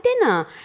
dinner